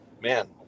man